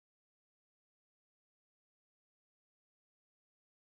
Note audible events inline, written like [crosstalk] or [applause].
[unintelligible]